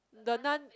the Nun